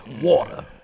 Water